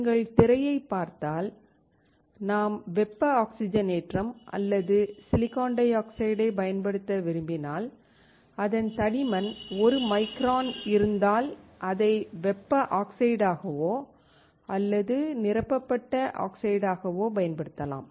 நீங்கள் திரையைப் பார்த்தால் நாம் வெப்ப ஆக்ஸிஜனேற்றம் அல்லது SiO2 ஐப் பயன்படுத்த விரும்பினால் அதன் தடிமன் 1 மைக்ரான் இருந்தால் அதை வெப்ப ஆக்சைடாகவோ அல்லது நிரப்பப்பட்ட ஆக்சைடாகவோ பயன்படுத்தலாம்